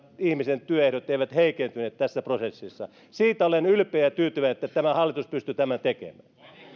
ihmisen työehdot eivät heikentyneet tässä prosessissa siitä olen ylpeä ja tyytyväinen että tämä hallitus pystyi tämän tekemään